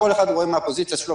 כל אחד רואה מהפוזיציה שלו,